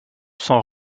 sans